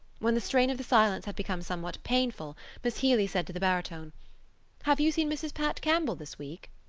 when the strain of the silence had become somewhat painful miss healy said to the baritone have you seen mrs. pat campbell this week?